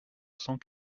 cent